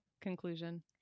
conclusion